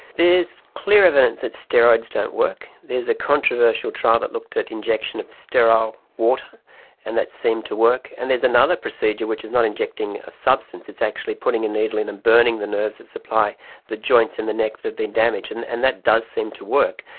there is clear evidence that steroids don't work. there's a controversial trial that looked at injection of sterile water and that seemed to work, and there's another procedure which is not injecting a substance, it's actually putting a needle in and burning the nerves that supply the joints in the neck that have been damaged, and and that does seem to work.